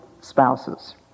spouses